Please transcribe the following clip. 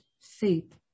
faith